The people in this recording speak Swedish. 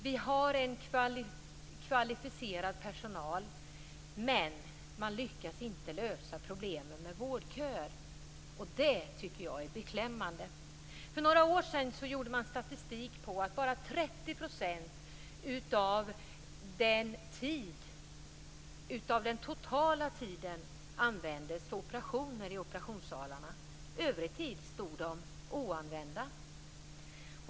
Vi har en kvalificerad personal. Men vi lyckas inte lösa problemen med vårdköer, och det tycker jag är beklämmande. För några år sedan gjorde man en statistik som visade att bara 30 % av den totala tiden användes för operationer i operationssalarna. Övrig tid stod dessa oanvända.